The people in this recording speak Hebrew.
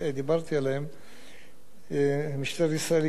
משטרת ישראל הקימה שלושה צוותי חקירה מיוחדים.